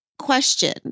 question